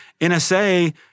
NSA